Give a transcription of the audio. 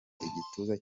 igituza